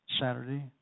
Saturday